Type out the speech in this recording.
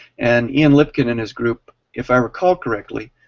and ian lipkin and his group, if i recall correctly,